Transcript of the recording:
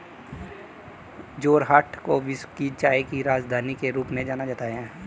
जोरहाट को विश्व की चाय की राजधानी के रूप में जाना जाता है